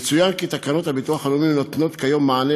יצוין כי תקנות הביטוח הלאומי נותנות כיום מענה